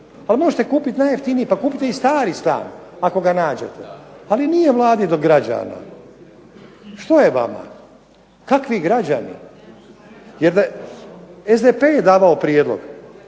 ali možete kupiti najjeftiniji pa kupite i stari stan ako ga nađete. Ali nije Vladi do građana, što je vama, kakvi građani, SDP je davao prijedlog